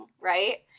right